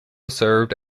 served